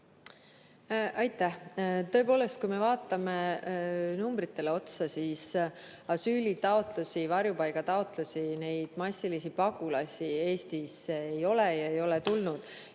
Aitäh! Tõepoolest, kui me vaatame numbritele otsa, siis asüülitaotlusi, varjupaigataotlusi, neid massilisi pagulasi Eestisse ei ole tulnud.